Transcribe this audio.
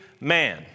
man